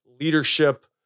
leadership